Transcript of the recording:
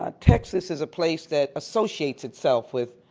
ah texas is a place that associates itself with